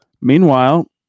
Meanwhile